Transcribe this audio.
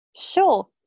Sure